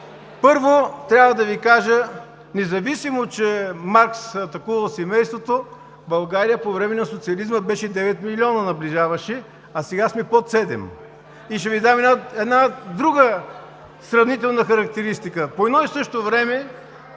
Първо, трябва да Ви кажа, независимо че Маркс атакува семейството, България по време на социализма наближаваше девет милиона, а сега сме под седем. Ще Ви дам една друга сравнителна характеристика. По едно и също време